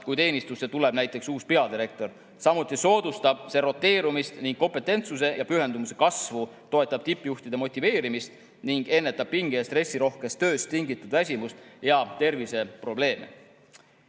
kui teenistusse tuleb näiteks uus peadirektor, samuti soodustab see roteerumist ning kompetentsuse ja pühendumuse kasvu, toetab tippjuhtide motiveerimist ning ennetab pinge‑ ja stressirohkest tööst tingitud väsimust ja terviseprobleeme.